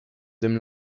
dem